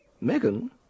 Megan